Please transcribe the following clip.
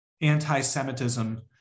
anti-Semitism